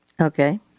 Okay